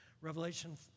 Revelation